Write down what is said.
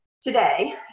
today